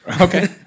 Okay